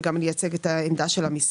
וגם אני אייצג את העמדה של המשרד,